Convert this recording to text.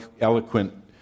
eloquent